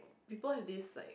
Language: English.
people have this like